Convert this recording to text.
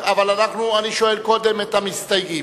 אבל אני שואל קודם את המסתייגים.